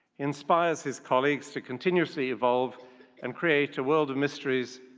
inspires his colleagues to continuously evolve and create a world of mysteries,